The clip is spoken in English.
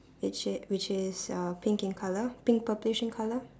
which is which is uh pink in colour pink purplish in colour